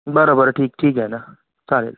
बरं बरं ठीक ठीक आहे ना चालेल